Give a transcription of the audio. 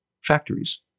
factories